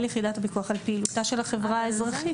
יחידת הפיקוח על פעילותה של החברה האזרחית.